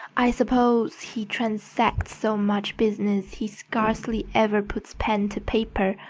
i suppose he transacts so much business he scarcely ever puts pen to paper.